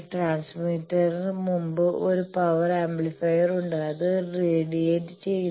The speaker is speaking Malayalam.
ട്രാൻസ്മിറ്റർന് മുമ്പ് ഒരു പവർ ആംപ്ലിഫയർ ഉണ്ട് അത് റേഡിയേറ്റ് ചെയുന്നു